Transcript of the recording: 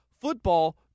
football